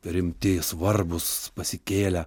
rimti svarbūs pasikėlę